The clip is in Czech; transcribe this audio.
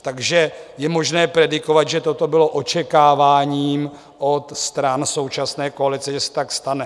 Takže je možné predikovat, že toto bylo očekáváním od stran současné koalice, že se tak stane.